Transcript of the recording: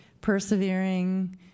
persevering